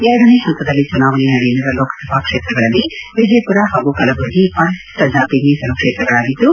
ಎರಡನೇ ಹಂತದಲ್ಲಿ ಚುನಾವಣೆ ನಡೆಯಲಿರುವ ಲೋಕಸಭಾ ಕ್ಷೇತ್ರಗಳಲ್ಲಿ ವಿಜಯಪುರ ಹಾಗೂ ಕಲಬುರಗಿ ಪರಿತಿಷ್ಟ ಜಾತಿ ಮೀಸಲು ಕ್ಷೇತ್ರಗಳಾಗಿದ್ದು